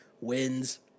wins